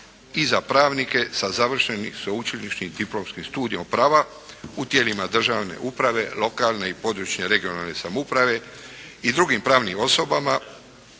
i za pravnike sa završenim sveučilišnim diplomskim studijem prava u tijelima državne uprave, lokalne i područne, regionalne samouprave i drugim pravnim osobama